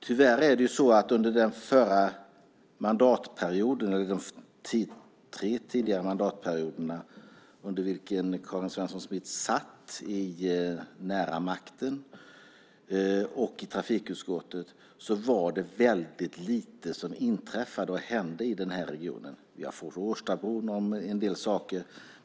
Tyvärr var det under de tre tidigare mandatperioderna, då Karin Svensson Smith satt nära makten och i trafikutskottet, väldigt lite som inträffade i denna region. Vi har fått Årstabron och en del andra saker.